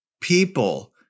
people